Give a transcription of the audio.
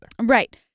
Right